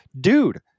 dude